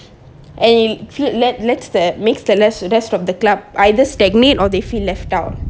and let~ let's that makes that the rest from the club either stagnant or they feel left out